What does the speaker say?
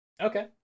Okay